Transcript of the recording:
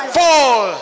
fall